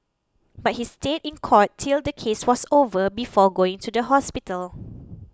but he stayed in court till the case was over before going to the hospital